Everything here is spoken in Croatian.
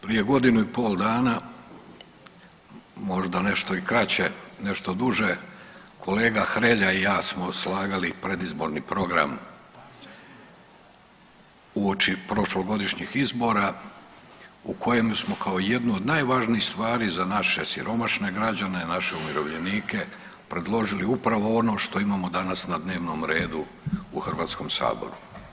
Prije godinu i pol dana, možda nešto i kraće, nešto duže, kolega Hrelja i ja smo slagali predizborni program uoči prošlogodišnjih izbora, u kojem smo kao jednu od najvažnijih stvari za naše siromašne građane, naše umirovljenike predložili upravo ono što imamo danas na dnevnom redu u Hrvatskom saboru.